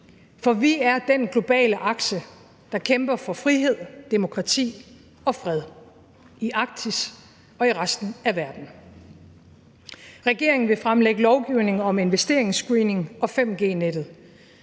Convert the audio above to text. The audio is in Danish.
for vi er den globale akse, der kæmper for frihed, demokrati og fred i Arktis og i resten af verden. Regeringen vil fremlægge lovgivning om investeringsscreening og 5G-nettet.